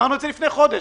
אמרנו את זה לפני חודש,